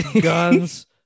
guns